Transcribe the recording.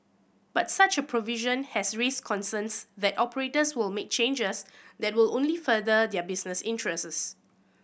but such a provision has raised concerns that operators will make changes that will only further their business interests